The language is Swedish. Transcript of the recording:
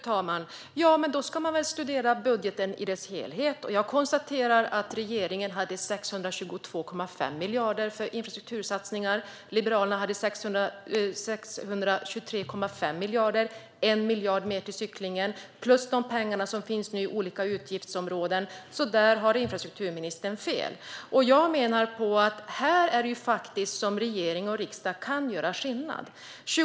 Fru talman! Då ska man väl studera budgeten som helhet, och jag konstaterar att regeringen hade 622,5 miljarder för infrastruktursatsningar; Liberalerna hade 623,5 miljarder - 1 miljard mer till cyklingen - plus de pengar som finns på olika utgiftsområden. Där har alltså infrastrukturministern fel. Jag menar att regering och riksdag faktiskt kan göra skillnad här.